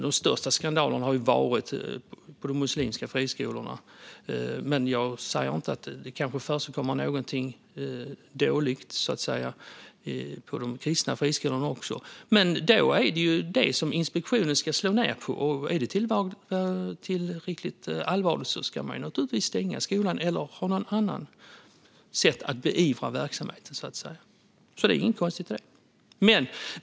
De största skandalerna har ju varit på de muslimska friskolorna, men det kanske förekommer någonting dåligt på de kristna friskolorna också. Då är det ju det som inspektionen ska slå ned på. Är det tillräckligt allvarligt ska man naturligtvis stänga skolan eller på något annat sätt beivra verksamheten. Det är inget konstigt med det.